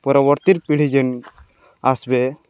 ପରବର୍ତ୍ତୀର୍ ପିଢ଼ୀ ଯେନ୍ ଆସ୍ବେ